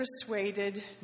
persuaded